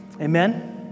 Amen